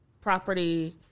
property